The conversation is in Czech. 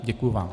Děkuji vám.